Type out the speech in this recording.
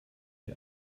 die